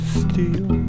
steal